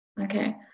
Okay